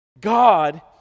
God